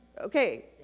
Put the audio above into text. Okay